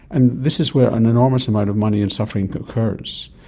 and this is where an enormous amount of money and suffering occurs.